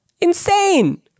Insane